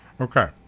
Okay